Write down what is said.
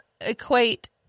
equate